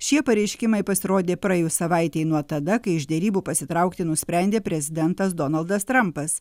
šie pareiškimai pasirodė praėjus savaitei nuo tada kai iš derybų pasitraukti nusprendė prezidentas donaldas trampas